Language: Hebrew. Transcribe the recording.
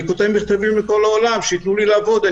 אני כותב מכתבים לכל העולם שייתנו לי לעבוד.